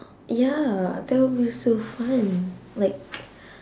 ya that will be so fun like